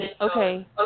okay